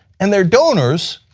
and their donors,